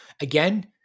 Again